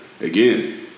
Again